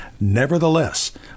Nevertheless